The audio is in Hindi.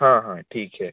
हाँ हाँ ठीक है